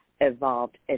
evolved